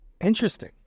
Interesting